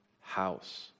house